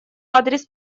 адрес